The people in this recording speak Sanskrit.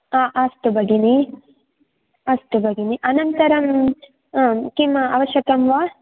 आ अस्तु भगिनि अस्तु भगिनि अनन्तरं किम् आवश्यकं वा